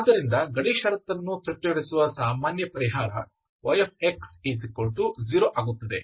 ಆದ್ದರಿಂದ ಗಡಿ ಷರತ್ತನ್ನು ತೃಪ್ತಿಪಡಿಸುವ ಸಾಮಾನ್ಯ ಪರಿಹಾರ yx≡0 ಆಗುತ್ತದೆ